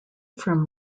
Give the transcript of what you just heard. from